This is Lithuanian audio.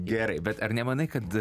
gerai bet ar nemanai kad